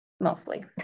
mostly